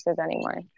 anymore